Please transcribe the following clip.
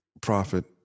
prophet